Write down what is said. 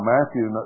Matthew